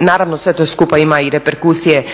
Naravno sve to skupa ima i reperkusije